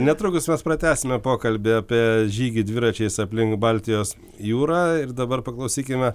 netrukus mes pratęsime pokalbį apie žygį dviračiais aplink baltijos jūrą ir dabar paklausykime